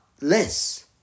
less